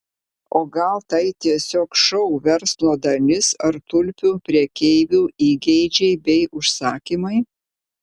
o gal tai tiesiog šou verslo dalis ar tulpių prekeivių įgeidžiai bei užsakymai